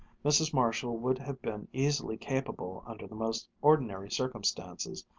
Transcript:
mrs. marshall would have been easily capable, under the most ordinary circumstances,